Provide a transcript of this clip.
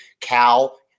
Cal